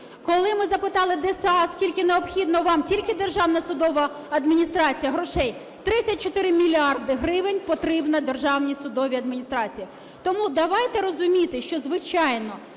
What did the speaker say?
Коли ми запитали ДСА, скільки необхідно вам (тільки Державна судова адміністрація) грошей, 34 мільярди гривень потрібно Державній судовій адміністрації. Тому давайте розуміти, що, звичайно,